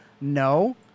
no